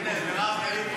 מירב, טעיתי.